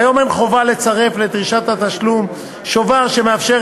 כיום אין חובה לצרף לדרישת התשלום שובר שמאפשר